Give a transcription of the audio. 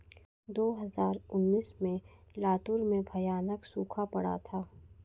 दो हज़ार उन्नीस में लातूर में भयानक सूखा पड़ा था